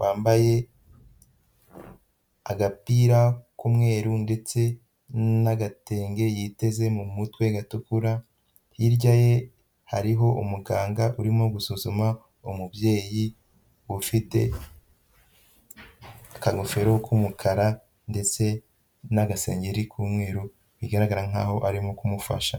wambaye agapira k'umweru ndetse n'agatenge yiteze mu mutwe gatukura, hirya ye hariho umuganga urimo gusuzuma umubyeyi ufite akagofero k'umukara ndetse n'agasengeri k'umweru bigaragara nkaho arimo kumufasha.